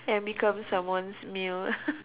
and become someone's meal